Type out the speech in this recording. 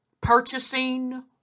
purchasing